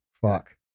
Fuck